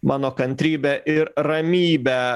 mano kantrybę ir ramybę